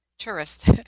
Tourist